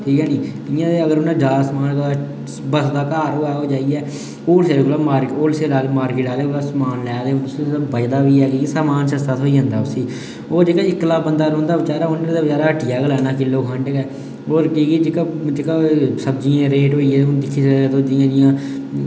इ'यां गै अगर उ'नें ज्यादा समान बसदा घर होऐ ओह् जाइयै होल सेल कोला होर सेल आह्लें मार्कट आह्लें कोला समान लै तां बचदा बी ऐ किश समान सस्ता थ्होई जंदा उस्सी ओह् जेह्का इक्कला बंदा रौंह्दा उ'न्न बचेरै हट्टिया गै लैना इक्कली खंड गै होर केह् केह् जेह्का सब्जियें दे रेट होई ऐ हून दिक्खी सकदे ओ तुस जि'यां जि'यां